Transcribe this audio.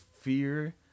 fear